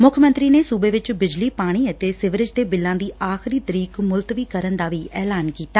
ਮੁੱਖ ਮੰਤਰੀ ਨੇ ਸੁਬੇ ਵਿੱਚ ਬਿਜਲੀ ਪਾਣੀ ਤੇ ਸੀਵਰੇਜ ਦੇ ਬਿੱਲਾਂ ਦੀ ਆਖਰੀ ੱਤਰੀਕ ਮੁਲਤਵੀ ਕਰਨ ਦਾ ਵੀ ਐਲਾਨ ਕੀਤਾ